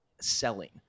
selling